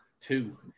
two